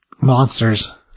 Monsters